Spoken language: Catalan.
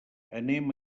anem